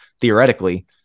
theoretically